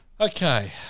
Okay